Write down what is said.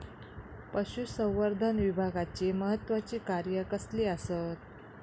पशुसंवर्धन विभागाची महत्त्वाची कार्या कसली आसत?